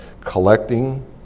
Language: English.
collecting